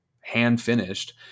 hand-finished